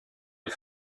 les